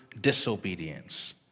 disobedience